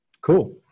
cool